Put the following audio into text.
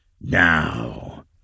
Now